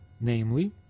namely